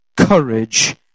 courage